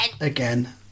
again